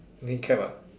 knee cap ah